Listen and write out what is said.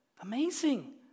Amazing